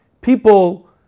people